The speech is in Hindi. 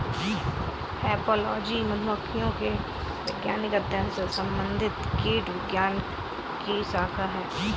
एपोलॉजी मधुमक्खियों के वैज्ञानिक अध्ययन से संबंधित कीटविज्ञान की शाखा है